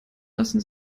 lassen